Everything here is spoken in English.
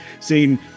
seeing